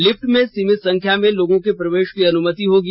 lift में सीमित संख्या में लोगों को प्रवेश करने की अनुमति होगी